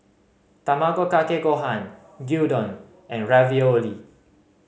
Tamago Kake Gohan Gyudon and Ravioli